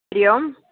हरिः ओम्